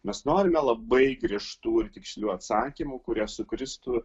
mes norime labai griežtų ir tikslių atsakymų kurie sukristų